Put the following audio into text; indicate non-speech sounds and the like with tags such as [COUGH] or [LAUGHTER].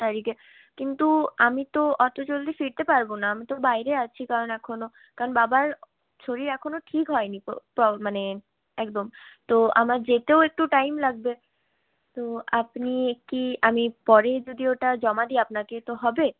তারিখে কিন্তু আমি তো অত জলদি ফিরতে পারব না আমি তো বাইরে আছি কারণ এখনও কারণ বাবার শরীর এখনও ঠিক হয়নিকো [UNINTELLIGIBLE] মানে একদম তো আমার যেতেও একটু টাইম লাগবে তো আপনি কি আমি পরে যদি ওটা জমা দিই আপনাকে তো হবে